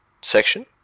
Section